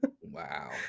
Wow